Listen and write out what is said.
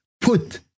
put